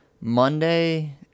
Monday